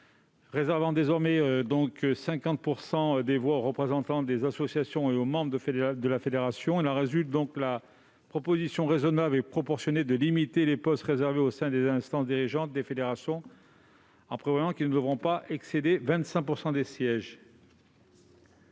réserver 50 % des voix aux représentants des associations et aux membres de la fédération. Nous proposons donc, de façon raisonnable et proportionnée, de limiter les postes réservés au sein des instances dirigeantes des fédérations, en prévoyant qu'ils ne devront pas excéder 25 % des sièges.